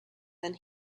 than